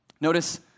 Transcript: Notice